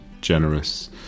generous